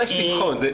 מה יש לבחון.